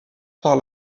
par